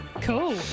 Cool